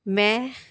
ਮੈਂ